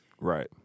Right